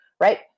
right